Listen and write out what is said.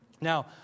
Now